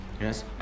Yes